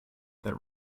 that